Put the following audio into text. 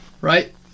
right